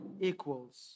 equals